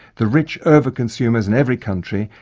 the rich over-consumers in every country,